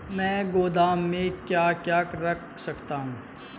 मैं गोदाम में क्या क्या रख सकता हूँ?